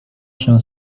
się